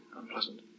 unpleasant